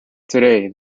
today